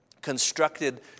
constructed